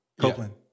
Copeland